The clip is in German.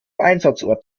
einsatzort